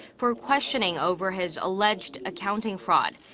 for questioning over his alleged accounting fraud.